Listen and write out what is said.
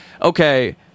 okay